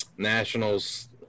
Nationals